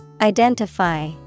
Identify